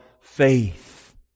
faith